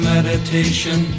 Meditation